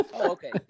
Okay